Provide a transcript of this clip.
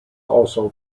also